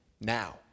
now